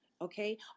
Okay